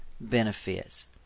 benefits